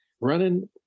running